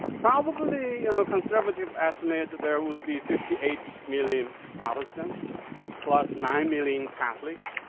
probably you know conservative estimate, there would be fifty eight million protestant plus nine million catholic.